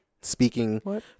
speaking